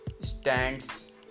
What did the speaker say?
stands